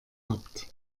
habt